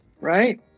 right